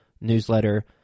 newsletter